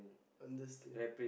understand